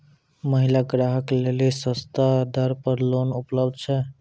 महिला ग्राहक लेली सस्ता दर पर लोन उपलब्ध छै?